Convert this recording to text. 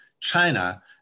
China